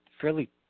fairly